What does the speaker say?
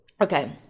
Okay